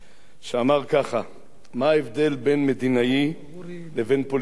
שאמר ככה: מה ההבדל בין מדינאי לבין פוליטיקאי?